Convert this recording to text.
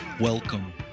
welcome